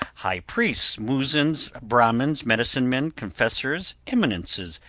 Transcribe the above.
high-priests, muezzins, brahmins, medicine-men, confessors, eminences,